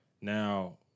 Now